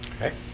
Okay